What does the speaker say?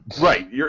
Right